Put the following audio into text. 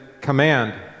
Command